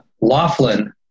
Laughlin